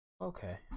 Okay